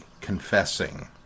confessing